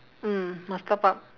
mm must top up